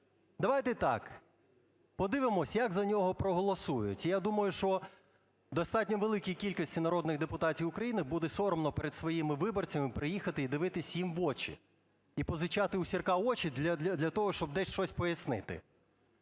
давайте так, подивимось, як за нього проголосують. Я думаю, що достатньо великій кількості народних депутатів України буде соромно перед своїми виборцями приїхати і дивитися їм в очі. І позичати у Сірка очі, для того, щоб десь щось пояснити.